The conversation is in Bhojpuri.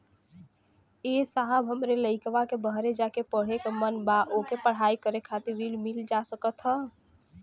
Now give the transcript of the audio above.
ए साहब हमरे लईकवा के बहरे जाके पढ़े क मन बा ओके पढ़ाई करे खातिर ऋण मिल जा सकत ह?